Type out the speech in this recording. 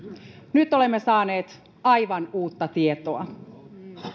nyt olemme saaneet aivan uutta tietoa